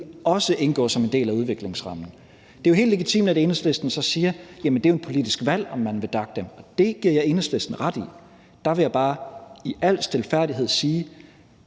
ville indgå som en del af udviklingsrammen. Det er jo helt legitimt, at Enhedslisten så siger, at det er et politisk valg, om man vil DAC'e dem, og det giver jeg Enhedslisten ret i. Der vil jeg bare i al stilfærdighed sige,